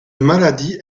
maladie